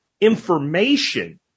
information